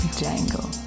jangle